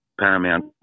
paramount